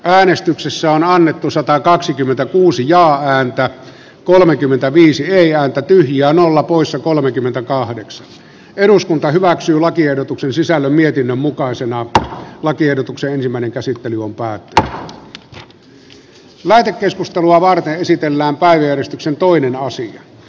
äänestyksessä on annettu satakaksikymmentäkuusi ja häntä kolmekymmentäviisi eliaan ja nolla poissa kolmekymmentäkahdeksan eduskunta hyväksyy lakiehdotuksen sisällä mietinnön mukaisena että jussi halla aho on jussi niinistön kannattamana ehdottanut että pykälä poistetaan